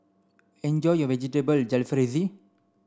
enjoy your Vegetable Jalfrezi